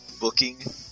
booking